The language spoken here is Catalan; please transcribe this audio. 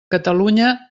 catalunya